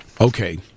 Okay